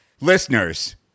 Listeners